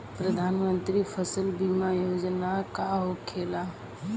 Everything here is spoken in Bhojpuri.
प्रधानमंत्री फसल बीमा योजना का होखेला?